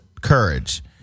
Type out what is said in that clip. courage